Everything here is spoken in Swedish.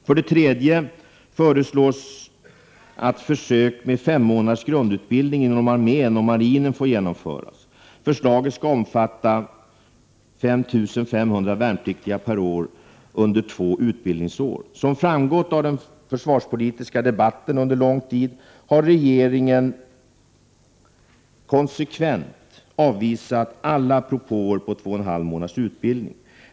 För det tredje föreslås att försök med fem månaders grundutbildning inom armén och marinen får genomföras. Försöket skall omfatta 5 500 värnpliktiga per år under två utbildningsår. Som framgått av den försvarspolitiska debatten under lång tid har regeringen konsekvent avvisat alla propåer på två och en halv månaders utbildning.